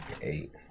eight